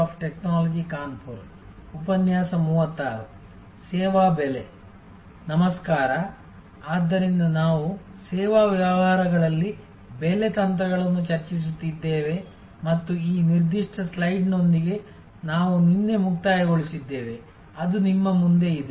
hello ಆದ್ದರಿಂದ ನಾವು ಸೇವಾ ವ್ಯವಹಾರಗಳಲ್ಲಿ ಬೆಲೆ ತಂತ್ರಗಳನ್ನು ಚರ್ಚಿಸುತ್ತಿದ್ದೇವೆ ಮತ್ತು ಈ ನಿರ್ದಿಷ್ಟ ಸ್ಲೈಡ್ನೊಂದಿಗೆ ನಾವು ನಿನ್ನೆ ಮುಕ್ತಾಯಗೊಳಿಸಿದ್ದೇವೆ ಅದು ನಿಮ್ಮ ಮುಂದೆ ಇದೆ